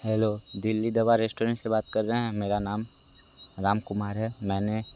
hello Delhi Darbar restaurant से बात कर रहे हैं मेरा नाम राम कुमार है मैंने